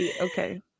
Okay